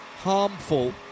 harmful